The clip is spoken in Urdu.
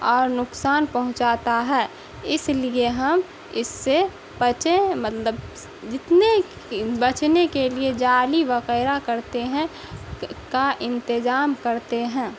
اور نقصان پہنچاتا ہے اس لیے ہم اس سے بچیں مطلب جتنے بچنے کے لیے جالی وغیرہ کرتے ہیں کا انتظام کرتے ہیں